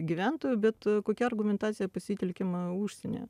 gyventojų bet kokia argumentacija pasitelkiama užsienyje